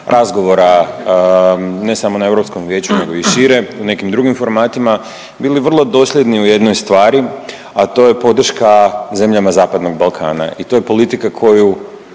ne samo na Europskom vijeću nego i šire u nekim drugim formatima bili vrlo dosljedni u jednoj stvari, a to je podrška zemljama Zapadnog Balkana. I to je politika koju